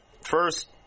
first